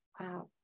Wow